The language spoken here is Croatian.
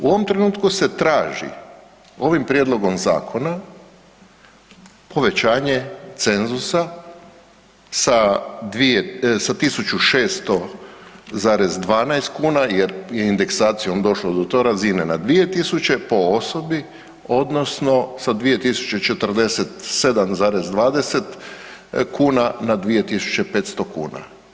U ovom trenutku se traži, ovim prijedlogom zakona povećanje cenzusa sa 1600,12 kuna jer je indeksacijom došlo do te razine na 2000 po osobi, odnosno sa 2047,20 kuna na 2500 kuna.